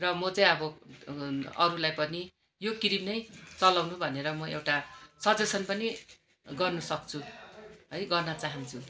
र म चाहिँ अब अरूलाई पनि यो क्रिम नै चलाउनु भनेर म एउटा सजेसन पनि गर्न सक्छु है गर्न चाहन्छु